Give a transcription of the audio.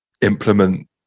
implement